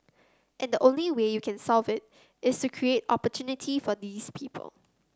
and the only way you can solve it is to create opportunity for these people